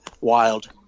Wild